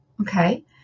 Okay